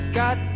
got